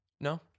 No